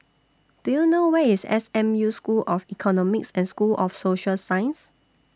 Do YOU know Where IS S M U School of Economics and School of Social Sciences